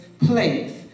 place